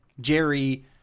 jerry